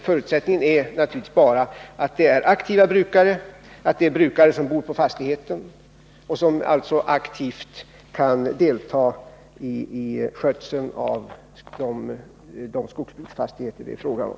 Förutsättningen är naturligtvis att det är brukare som bor på fastigheten och som alltså aktivt kan delta i skötseln av de skogsbruksfastigheter det är fråga om.